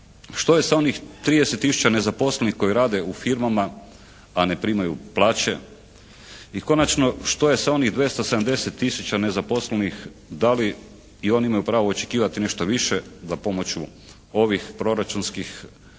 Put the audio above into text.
Što je sa onih 30 tisuća nezaposlenih koji rade u firmama, a ne primaju plaće? I konačno što je sa onih 270 tisuća nezaposlenih, da li i oni imaju pravo očekivati nešto više da pomoću ovih proračunskih